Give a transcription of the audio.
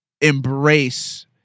embrace